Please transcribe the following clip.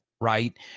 right